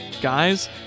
guys